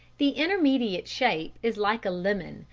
the intermediate shape is like a lemon,